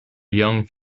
young